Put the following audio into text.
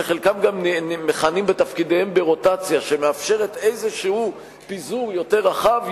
שחלקם גם מכהנים בתפקידיהם ברוטציה שמאפשרת איזה פיזור יותר רחב,